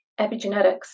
epigenetics